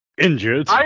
injured